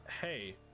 hey